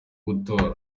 gutora